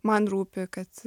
man rūpi kad